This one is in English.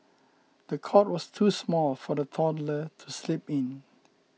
the cot was too small for the toddler to sleep in